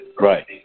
Right